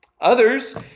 Others